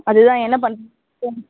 அதுதான் என்ன பண்ணுறதுன்னு